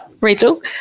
Rachel